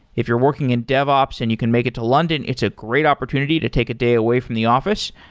if you're working in dev ops and you can make it to london, it's a great opportunity to take a day away from the office.